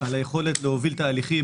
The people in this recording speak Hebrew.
על היכולת להוביל תהליכים,